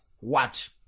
watch